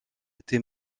été